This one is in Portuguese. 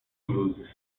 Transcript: luzes